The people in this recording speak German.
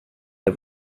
der